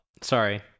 sorry